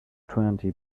twenty